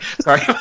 Sorry